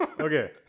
Okay